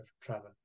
travel